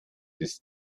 ist